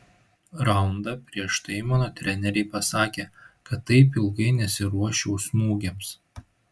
raundą prieš tai mano treneriai pasakė kad taip ilgai nesiruoščiau smūgiams